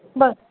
बरं